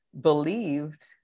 believed